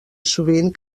sovint